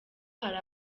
hari